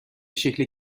شکل